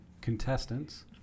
contestants